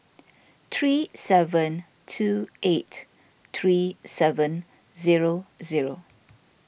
three seven two eight three seven zero zero